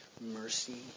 mercy